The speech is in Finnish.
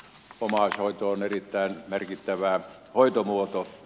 omaishoito on erittäin merkittävä hoitomuoto